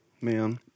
man